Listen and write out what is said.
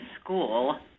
school